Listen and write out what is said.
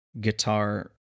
guitar